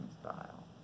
style